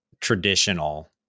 traditional